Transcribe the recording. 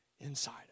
inside